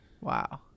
Wow